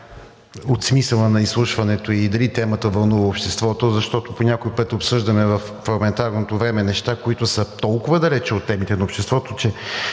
за смисъла на изслушването и дали темата вълнува обществото, защото по някой път обсъждаме в парламентарното време неща, които са толкова далече от темите на обществото, че